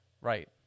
Right